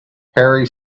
harry